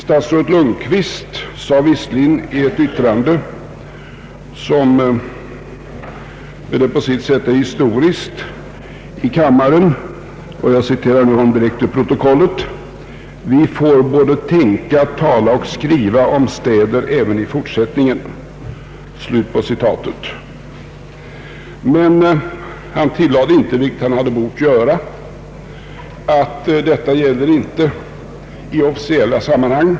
Statsrådet Lundkvist sade visserligen i ett yttrande i kammaren, som väl på sitt sätt är historiskt och som jag citerar direkt ur protokollet: ”Vi får både tänka, tala och skriva om städer även i fortsättningen.” Men han tillade inte, vilket han hade bort göra, att detta inte gäller i officiella sammanhang.